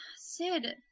Sid